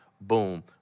Boom